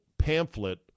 pamphlet